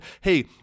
hey